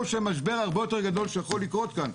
של משבר הרבה יותר גדול שיכול לקרות כאן,